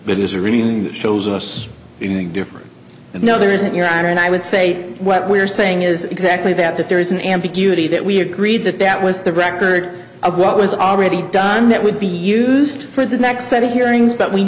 but is a reading that shows us anything different and no there isn't your honor and i would say what we are saying is exactly that that there is an ambiguity that we agreed that that was the record of what was already done that would be used for the next set of hearings but we